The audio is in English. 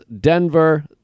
Denver